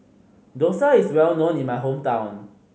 dosa is well known in my hometown